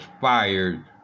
fired